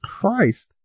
Christ